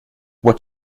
what